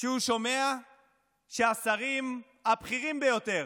כשהוא שומע שהשרים הבכירים ביותר